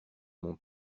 mon